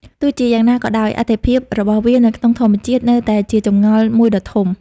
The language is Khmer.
ទោះជាយ៉ាងណាក៏ដោយ អត្ថិភាពរបស់វានៅក្នុងធម្មជាតិនៅតែជាចម្ងល់មួយដ៏ធំ។